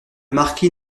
marquis